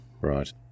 Right